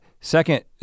second